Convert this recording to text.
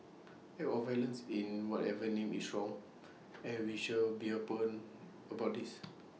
acts of violence in whatever name is wrong and we should be open about this